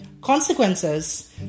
consequences